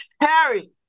Harry